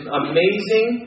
amazing